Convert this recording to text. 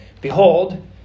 behold